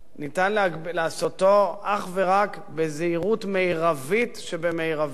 ניתן לעשותו אך ורק בזהירות מרבית שבמרבית